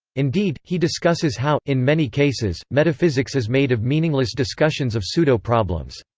indeed, he discusses how, in many cases, metaphysics is made of meaningless discussions of pseudo-problems.